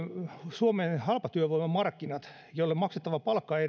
suomeen halpatyövoiman markkinat joilla maksettava palkka ei